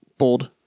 Bald